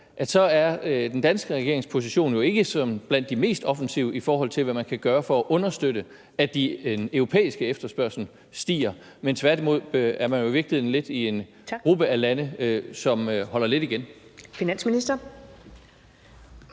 er den danske regerings position jo ikke blandt de mest offensive, i forhold til hvad man kan gøre for at understøtte, at den europæiske efterspørgsel stiger, men tværtimod er man jo i virkeligheden lidt i en gruppe af lande, som holder lidt igen. Kl.